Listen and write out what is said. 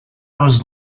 was